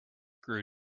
grew